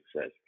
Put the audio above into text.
says